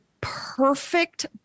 perfect